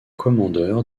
commandeur